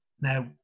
now